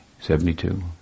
Seventy-two